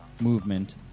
movement